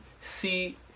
see